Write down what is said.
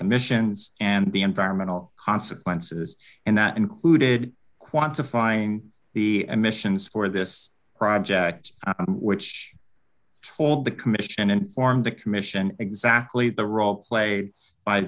emissions and the environmental consequences and that included quantifying the emissions for this project which told the commission informed the commission exactly the role played by